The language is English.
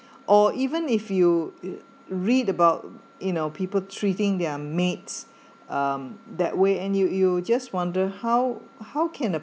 or even if you read about you know people treating their mates um that way and you you just wonder how how can